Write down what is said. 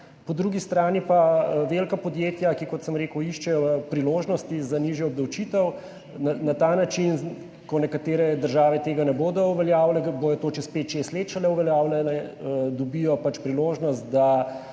po drugi strani pa velika podjetja, ki, kot sem rekel, iščejo priložnosti za nižjo obdavčitev, na ta način, ko nekatere države tega ne bodo uveljavile, bodo to čez pet, šest let šele uveljavile, dobijo pač priložnost, da